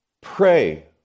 Pray